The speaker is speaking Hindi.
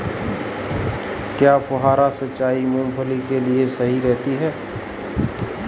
क्या फुहारा सिंचाई मूंगफली के लिए सही रहती है?